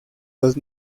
los